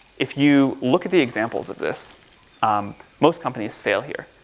if you look at the examples of this um most companies fail here.